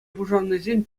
пушарнӑйсем